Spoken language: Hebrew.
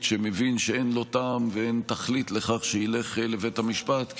שמבין שאין טעם ואין תכלית ללכת לבית המשפט,